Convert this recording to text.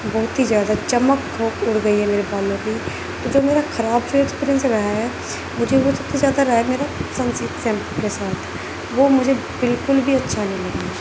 بہت ہی زیادہ چمک اڑ گئی ہے میرے بالوں کی تو جو میرا خراب جو اکسپرئنس رہا ہے مجھے وہ سب سے زیادہ رہا ہے میرا سن سلک سیمپو کے ساتھ وہ مجھے بالکل بھی اچھا نہیں لگی ہے